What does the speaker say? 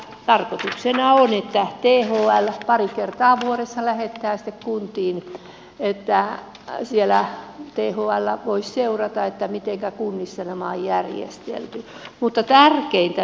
tarkoituksena on että thllle pari kertaa vuodessa lähetetään sitten tiedot niin että thl voisi seurata miten kunnissa nämä on järjestelty